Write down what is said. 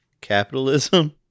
capitalism